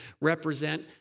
represent